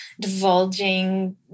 divulging